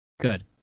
good